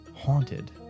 Haunted